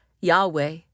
Yahweh